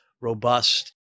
robust